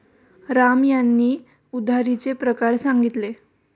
राम यांनी उधारीचे प्रकार सांगितले